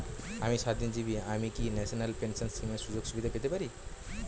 আমি স্বাধীনজীবী আমি কি ন্যাশনাল পেনশন স্কিমের সুযোগ সুবিধা পেতে পারি?